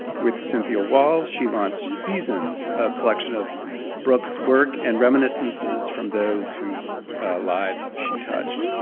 with cynthia walz, she launched seasons, a collection of brooks work and reminiscences from those whose lives she touched.